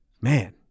man